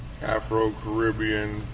Afro-Caribbean